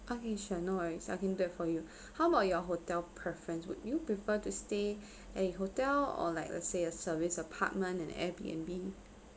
okay sure no worries I'll do that for you how about your hotel preference would you prefer to stay at a hotel or like let's say a serviced apartment and air B N B